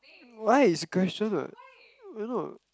why is a question what you know